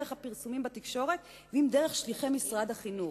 אם דרך הפרסומים בתקשורת ואם דרך שליחי משרד החינוך,